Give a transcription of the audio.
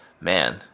man